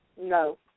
No